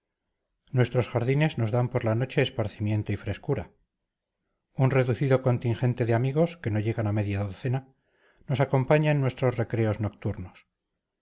nuestros jardines nos dan por la noche esparcimiento y frescura un reducido contingente de amigos que no llegan a media docena nos acompaña en nuestros recreos nocturnos